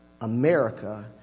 America